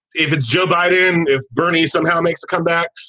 if it's joe biden, if bernie somehow makes a comeback,